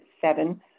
seven